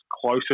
closer